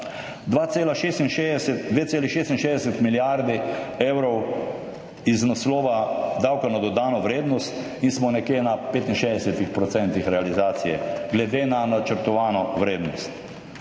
2,66 milijardi evrov iz naslova davka na dodano vrednost in smo nekje na 65 % realizacije glede na načrtovano vrednost.